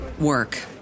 work